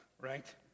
right